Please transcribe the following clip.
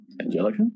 Angelica